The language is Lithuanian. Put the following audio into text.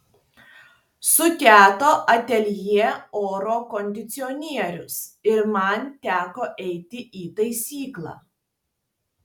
sugedo ateljė oro kondicionierius ir man teko eiti į taisyklą